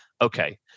okay